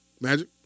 Magic